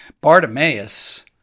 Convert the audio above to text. Bartimaeus